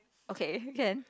okay can